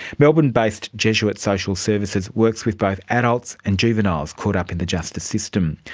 melbourne-based jesuit social services works with both adults and juveniles caught up in the justice system.